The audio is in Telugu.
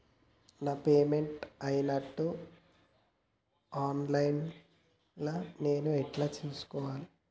నా పేమెంట్ అయినట్టు ఆన్ లైన్ లా నేను ఎట్ల చూస్కోవాలే?